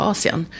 Asien